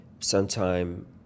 sometime